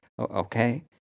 okay